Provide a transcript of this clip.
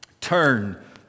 Turn